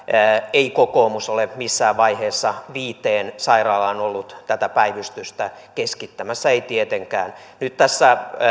ei kokoomus ole missään vaiheessa viiteen sairaalaan ollut tätä päivystystä keskittämässä ei tietenkään nyt tässä